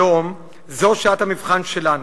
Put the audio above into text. היום זו שעת המבחן שלנו,